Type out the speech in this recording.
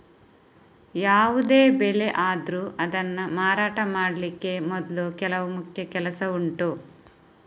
ಯಾವುದೇ ಬೆಳೆ ಆದ್ರೂ ಅದನ್ನ ಮಾರಾಟ ಮಾಡ್ಲಿಕ್ಕೆ ಮೊದ್ಲು ಕೆಲವು ಮುಖ್ಯ ಕೆಲಸ ಉಂಟು